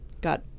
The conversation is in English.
got